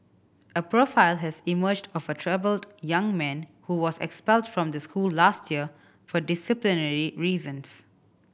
a profile has emerged of a troubled young man who was expelled from the school last year for disciplinary reasons